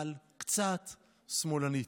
קצת שמאלנית.